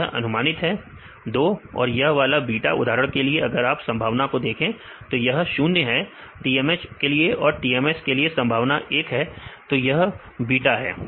तो यह अनुमानित है 2 और यह वाला बीटा उदाहरण के लिए अगर आप संभावना को देखें तो यह 0 है TMH के लिए और TMS के लिए संभावना एक है तो यह बीटा है